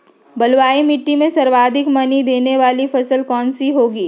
बलुई मिट्टी में सर्वाधिक मनी देने वाली फसल कौन सी होंगी?